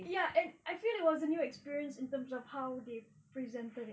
ya and I feel like it was a new experience in terms of how they presented it